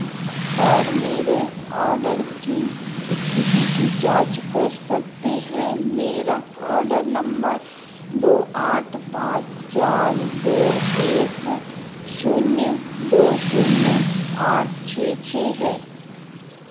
पर मेरे ऑर्डर की स्थिति की जाँच कर सकते हैं मेरा ऑर्डर नम्मर दो आठ पाँच चार दो एक शून्य दो शून्य आठ छः छः है